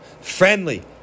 Friendly